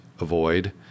avoid